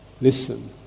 listen